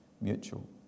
mutual